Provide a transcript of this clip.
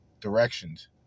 directions